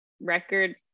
record